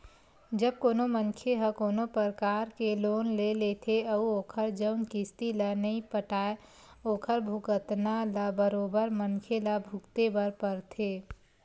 जब कोनो मनखे ह कोनो परकार के लोन ले लेथे अउ ओखर जउन किस्ती ल नइ पटाय ओखर भुगतना ल बरोबर मनखे ल भुगते बर परथे